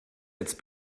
jetzt